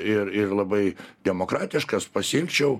ir ir labai demokratiškas pasiimčiau